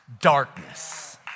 darkness